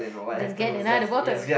just get another bottle